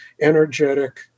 energetic